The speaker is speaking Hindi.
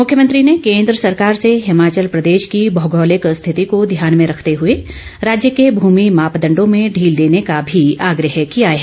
मुख्यमंत्री ने केन्द्र सरकार से हिमाचल प्रदेश की भौगोलिक ेस्थिति को ध्यान में रखते हुए राज्य के भूमि मापदंडों में ढील देने का भी आग्रह किया है